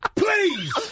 Please